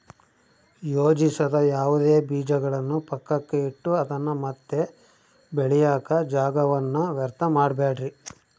ಯೋಜಿಸದ ಯಾವುದೇ ಬೀಜಗಳನ್ನು ಪಕ್ಕಕ್ಕೆ ಇಟ್ಟು ಅದನ್ನ ಮತ್ತೆ ಬೆಳೆಯಾಕ ಜಾಗವನ್ನ ವ್ಯರ್ಥ ಮಾಡಬ್ಯಾಡ್ರಿ